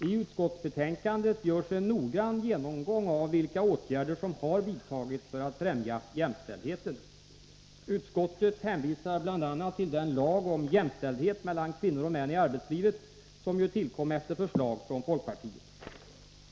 I utskottet görs en noggrann genomgång av vilka åtgärder som har vidtagits för att främja jämställdheten. Utskottet hänvisar bl.a. till den lag om jämställdhet mellan kvinnor och män i arbetslivet som ju tillkom efter förslag från folkpartiet.